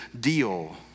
deal